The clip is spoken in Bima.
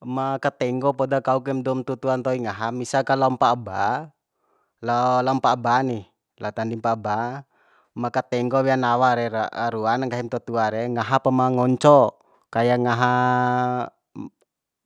Ma katenggo poda kau kaim doum tutua ntoin ngaha misa ka lao mpa'a ba lao lao mpa'a ba ni lao tanding mpa'a ba ma ka tenggo wea nawa re ruana nggahim tutua re ngaha pu ma ngonco kaya ngaha